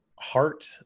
heart